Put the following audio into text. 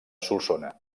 solsona